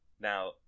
Now